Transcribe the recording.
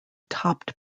topped